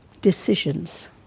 decisions